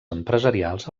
empresarials